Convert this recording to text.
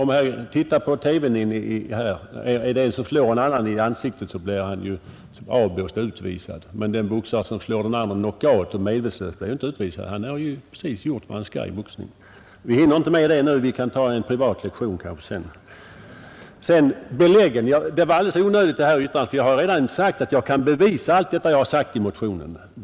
Om man tittar på TV här innanför och det är en ishockeyspelare som slår en annan i ansiktet så blir han avblåst och utvisad, men den boxare som slår den andre knockout och medvetslös blir inte utvisad. Han har precis gjort vad han skall i boxning. Vi hinner inte med det här nu, men vi kan kanske ta en privat lektion sedan. Sedan till beläggen! Det här yttrandet var alldeles onödigt, för jag har redan sagt att jag kan bevisa allt det jag har skrivit i motionen.